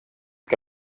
che